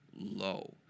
low